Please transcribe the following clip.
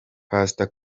pastor